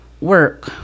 work